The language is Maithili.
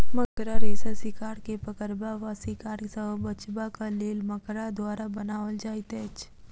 मकड़ा रेशा शिकार के पकड़बा वा शिकार सॅ बचबाक लेल मकड़ा द्वारा बनाओल जाइत अछि